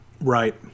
Right